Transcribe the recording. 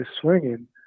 swinging